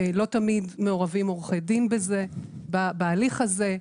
לא תמיד מעורבים עורכי דין בהליך הזה.